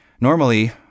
Normally